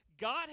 God